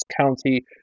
County